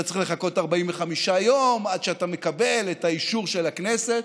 אתה צריך לחכות 45 יום עד שאתה מקבל את האישור של הכנסת.